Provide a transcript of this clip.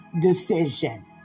decision